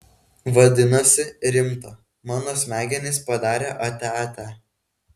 vadinasi rimta mano smegenys padarė atia atia